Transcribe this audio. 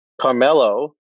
Carmelo